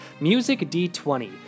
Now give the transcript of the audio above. MusicD20